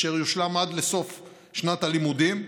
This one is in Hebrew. והוא יושלם עד לסוף שנת הלימודים.